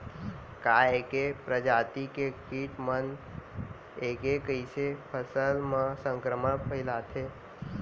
का ऐके प्रजाति के किट मन ऐके जइसे फसल म संक्रमण फइलाथें?